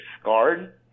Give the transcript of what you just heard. scarred